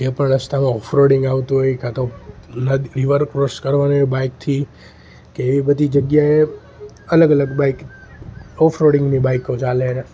જે પણ રસ્તામાં ઓફરોડિંગ આવતું હોય કાં તો નદ રિવર ક્રોસ કરવાની બાઈકથી કે એવી બધી જગ્યાએ અલગ અલગ બાઈક ઓફરોડિંગની બાઈકો ચાલે